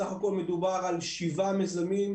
סך הכול מדובר על שבעה מיזמים,